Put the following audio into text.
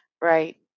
right